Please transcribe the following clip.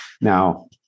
Now